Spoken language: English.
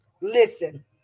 Listen